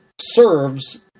serves